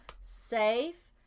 safe